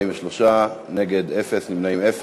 43, אין מתנגדים, אין נמנעים.